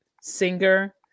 singer